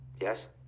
Yes